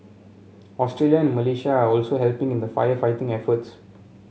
Australia and Malaysia are also helping in the firefighting efforts